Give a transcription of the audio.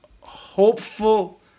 hopeful